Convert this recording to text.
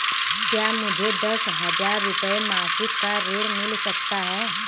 क्या मुझे दस हजार रुपये मासिक का ऋण मिल सकता है?